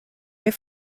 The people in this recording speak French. les